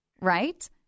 right